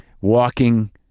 walking